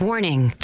Warning